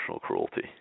cruelty